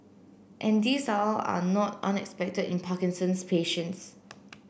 and these are all are not unexpected in Parkinson's patients